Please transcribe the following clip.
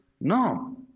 No